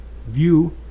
view